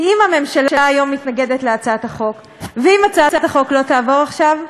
כי אם הממשלה היום מתנגדת להצעת החוק ואם הצעת החוק לא תעבור עכשיו,